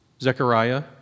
Zechariah